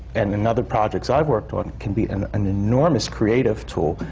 and in other projects i've worked on, can be an an enormous creative tool,